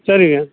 சரிங்க